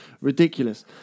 ridiculous